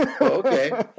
Okay